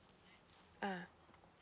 ah